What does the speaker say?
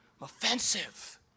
offensive